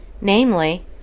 namely